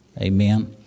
amen